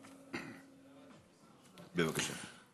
בבקשה.